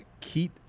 Keith